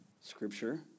Scripture